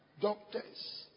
doctors